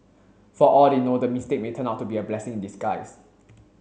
for all they know the mistake may turn out to be a blessing in disguise